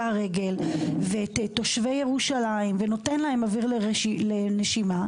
הרגל ואת תושבי ירושלים ונותן להם אויר לנשימה.